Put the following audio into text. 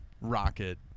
rocket